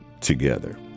together